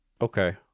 Okay